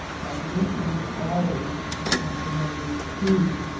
but maintains always the complementary hue.